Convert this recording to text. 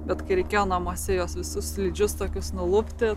bet kai reikėjo namuose juos visus slidžius tokius nulupti